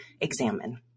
examine